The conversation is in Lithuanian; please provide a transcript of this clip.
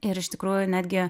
ir iš tikrųjų netgi